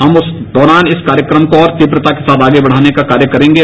हम उस रौरान इस कार्यक्रम को और तीव्रता को साथ आगे बढ़ने का कार्य करेंगे